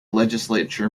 legislature